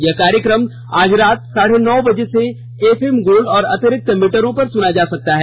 यह कार्यक्रम आज रात साढे नौ बजे से एफएम गोल्ड और अतिरिक्त मीटरों पर सुना जा सकता है